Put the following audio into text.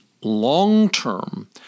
long-term